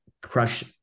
crush